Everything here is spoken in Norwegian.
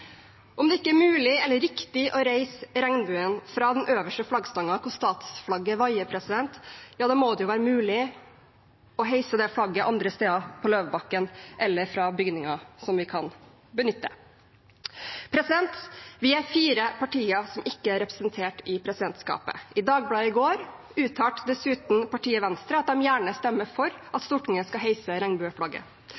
Om det ikke er mulig eller riktig å heise regnbuen fra den øverste flaggstangen, der statsflagget vaier, må det jo være mulig å heise det flagget andre steder på Løvebakken eller fra bygninger vi kan benytte. Vi er fire partier som ikke er representert i presidentskapet. I Dagbladet i går uttalte dessuten partiet Venstre at de gjerne stemmer for at